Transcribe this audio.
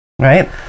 Right